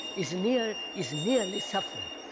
is nearly is nearly suffering.